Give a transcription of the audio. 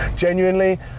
genuinely